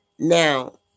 Now